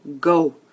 go